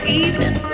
evening